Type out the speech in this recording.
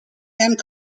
and